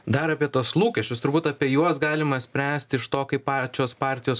dar apie tuos lūkesčius turbūt apie juos galima spręsti iš to kaip pačios partijos